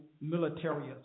military